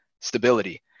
stability